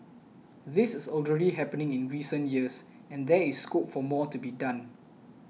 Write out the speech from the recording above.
this is already happening in recent years and there is scope for more to be done